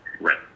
Right